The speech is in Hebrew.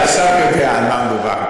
אז השר יודע על מה מדובר.